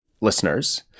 listeners